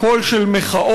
קול של מחאות,